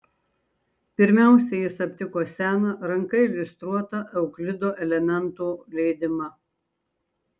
pirmiausia jis aptiko seną ranka iliustruotą euklido elementų leidimą